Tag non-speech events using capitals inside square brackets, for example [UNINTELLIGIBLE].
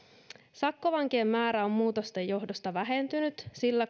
sakkovankien määrä on muutosten johdosta vähentynyt sillä [UNINTELLIGIBLE]